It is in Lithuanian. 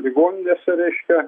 ligoninėse reiškia